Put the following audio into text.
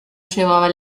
llevaba